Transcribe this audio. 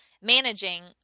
managing